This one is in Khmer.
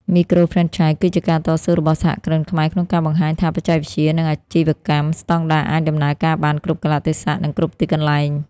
មីក្រូហ្វ្រេនឆាយគឺជាការតស៊ូរបស់សហគ្រិនខ្មែរក្នុងការបង្ហាញថា បច្ចេកវិទ្យា និងអាជីវកម្មស្ដង់ដារអាចដំណើរការបានគ្រប់កាលៈទេសៈ និងគ្រប់ទីកន្លែង។